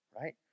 right